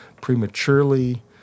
prematurely